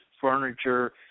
furniture